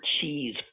cheese